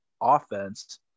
offense